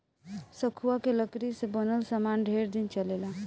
सखुआ के लकड़ी से बनल सामान ढेर दिन चलेला